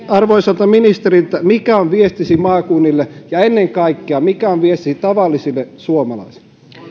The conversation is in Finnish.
arvoisalta ministeriltä mikä on viestisi maakunnille ja ennen kaikkea mikä on viestisi tavallisille suomalaisille